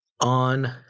on